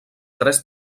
tres